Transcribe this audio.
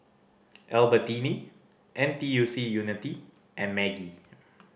Albertini N T U C Unity and Maggi